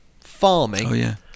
farming